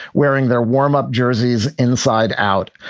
wearing their warm-up jerseys inside out.